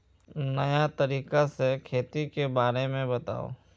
नया तरीका से खेती के बारे में बताऊं?